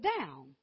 down